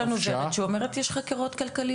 יש לנו שוטרת שאומרת יש חקירות כלכליות,